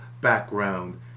background